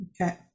Okay